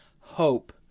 hope